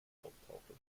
auftauchen